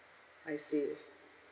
I see